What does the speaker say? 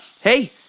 hey